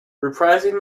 reprising